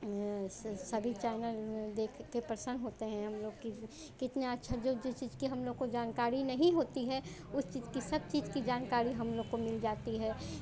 इससे सभी चैनल देख कर प्रसन्न होते हैं हम लोग कि कितना अच्छा जो जिस चीज़ की हम लोग को जनकारी नहीं होती है उस चीज़ की सब चीज़ की जनकारी हम लोग को मिल जाती है